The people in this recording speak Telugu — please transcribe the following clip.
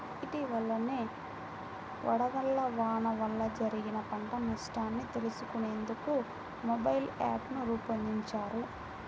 ఇటీవలనే వడగళ్ల వాన వల్ల జరిగిన పంట నష్టాన్ని తెలుసుకునేందుకు మొబైల్ యాప్ను రూపొందించారు